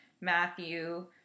Matthew